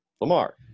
Lamar